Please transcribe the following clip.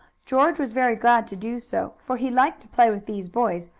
george was very glad to do so, for he liked to play with these boys,